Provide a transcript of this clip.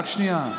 רק שנייה.